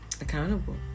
accountable